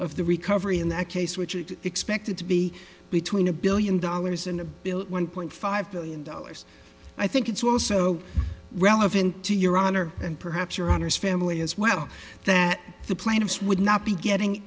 of the recovery in that case which is expected to be between a billion dollars and a bill one point five billion dollars i think it's also relevant to your honor and perhaps your honour's family as well that the plaintiffs would not be getting